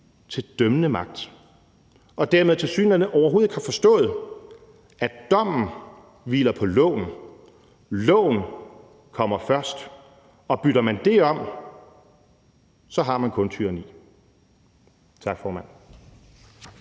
til dømmende magt og dermed tilsyneladende overhovedet ikke har forstået, at dommen hviler på loven. Loven kommer først, og bytter man om på det, har man kun tyranni. Tak, formand.